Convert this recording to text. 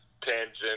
tangent